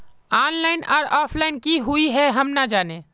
Online or offline की हुई है हम ना जाने?